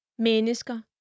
Mennesker